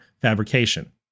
fabrication